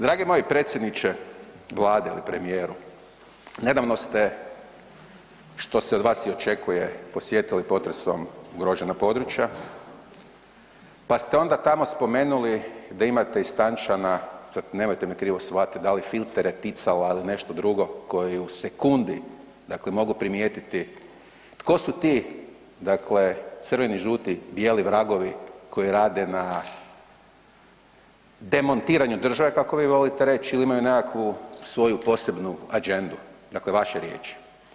Dragi moj predsjedniče Vlade ili premijeru, nedavno ste što se od vas i očekuje posjetili potresom ugrožena područja pa ste onda tamo spomenuli da imate istančana, sad nemojte me krivo shvatiti dal filtere ticala ili nešto drugo koji u sekundi mogu primijetiti tko su ti crveni, žuti, bijeli vragovi koji rade na demontiranju države kako vi volite reći ili imaju nekakvu svoju posebnu agendu, dakle vaši riječi.